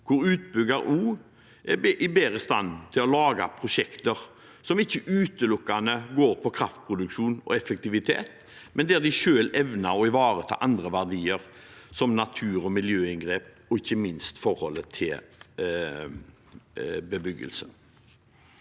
hvor utbygger også er bedre i stand til å lage prosjekter som ikke utelukkende går på kraftproduksjon og effektivitet, men der de selv evner å ivareta andre verdier, som natur- og miljøinngrep og ikke minst forholdet til bebyggelse.